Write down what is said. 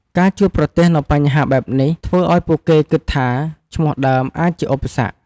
ការជួបប្រទះនូវបញ្ហាបែបនេះ ធ្វើឲ្យពួកគេគិតថាឈ្មោះដើមអាចជាឧបសគ្គ។